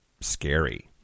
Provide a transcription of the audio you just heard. scary